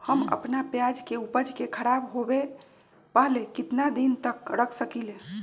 हम अपना प्याज के ऊपज के खराब होबे पहले कितना दिन तक रख सकीं ले?